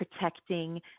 protecting